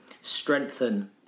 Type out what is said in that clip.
strengthen